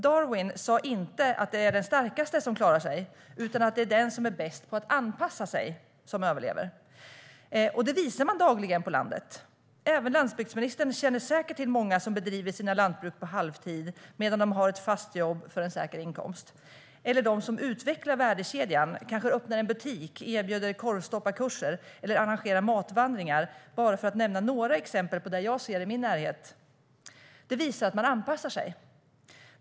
Darwin sa inte att det är den starkaste som klarar sig utan att det är den som är bäst på att anpassa sig som överlever. Det visar man dagligen på landet. Även landsbygdsministern känner säkert till många som bedriver sina lantbruk på halvtid medan de har ett fast jobb för en säker inkomst. Eller så finns det de som utvecklar värdekedjan, kanske öppnar en butik, erbjuder korvstopparkurser eller arrangerar matvandringar, bara för att nämna några exempel på det jag ser i min närhet. Det visar att man anpassar sig.